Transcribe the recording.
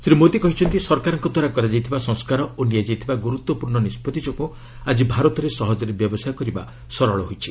ଶ୍ରୀ ମୋଦି କହିଛନ୍ତି ସରକାରଙ୍କଦ୍ୱାରା କରାଯାଇଥିବା ସଂସ୍କାର ଓ ନିଆଯାଇଥିବା ଗୁରୁତ୍ୱପୂର୍ଣ୍ଣ ନିଷ୍କଭି ଯୋଗୁଁ ଆଜି ଭାରତରେ ସହଜରେ ବ୍ୟବସାୟ କରିବା ସରଳ ହୋଇଛି